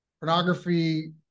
pornography